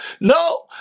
No